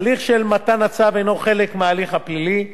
ההליך של מתן הצו אינו חלק מההליך הפלילי,